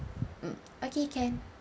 mm okay can